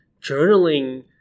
journaling